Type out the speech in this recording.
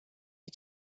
you